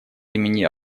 имени